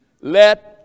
Let